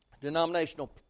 denominational